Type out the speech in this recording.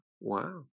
Wow